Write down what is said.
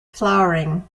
flowering